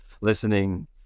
listening